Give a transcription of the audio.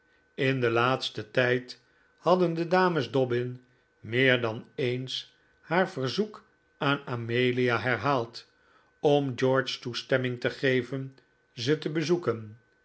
in den laatsten tijd hadden de dames dobbin meer dan eens haar verzoek aan amelia herhaald om george toestemming te geven ze te bezoeken